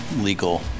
legal